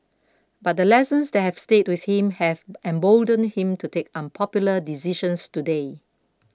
but the lessons that have stayed with him have emboldened him to take unpopular decisions today